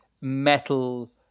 metal